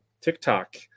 TikTok